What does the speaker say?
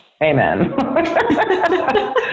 Amen